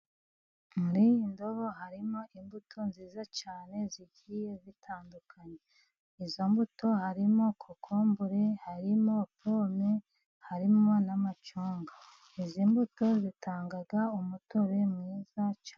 Muri iyi ndobo harimo imbuto nziza cyane zigiye zitandukanye. Izo mbuto harimo kokombure, harimo pome, harimo n'amacunga. Izi mbuto zitanga umutobe mwiza cyane.